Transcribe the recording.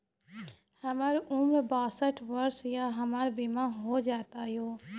हमर उम्र बासठ वर्ष या हमर बीमा हो जाता यो?